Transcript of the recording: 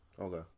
Okay